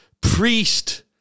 priest